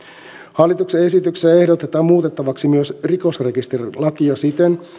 hallituksen esityksessä ehdotetaan muutettavaksi myös rikosrekisterilakia siten